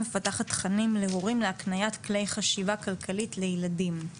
מפתחת תכנים להורים להקניית כלי חשיבה כלכלית לילדים.